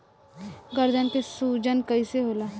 गर्दन के सूजन कईसे होला?